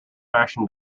fashion